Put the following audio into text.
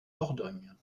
dordogne